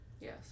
Yes